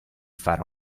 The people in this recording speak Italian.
far